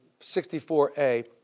64a